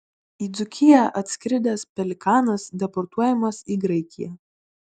į dzūkiją atskridęs pelikanas deportuojamas į graikiją